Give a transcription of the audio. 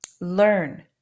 Learn